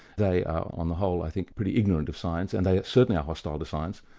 they are on the whole i think pretty ignorant of science, and they certainly are hostile to science.